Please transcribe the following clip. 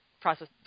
process